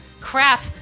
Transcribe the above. crap